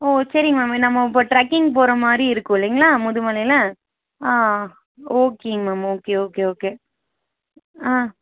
ஓ சரி மேம் நம்ம இப்போ ட்ரக்கிங் போகற மாதிரி இருக்கும் இல்லைங்களா முதுமலையில் ஆ ஓகேங்க மேம் ஓகே ஓகே ஓகே ஆ